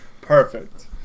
Perfect